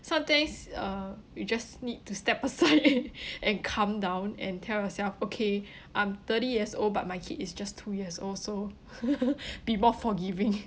some days uh you just need to step aside and come down and tell yourself okay I'm thirty years old but my kid is just two years old so be more forgiving